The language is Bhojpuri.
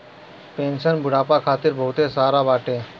पेंशन बुढ़ापा खातिर बहुते सहारा बाटे